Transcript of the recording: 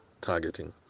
targeting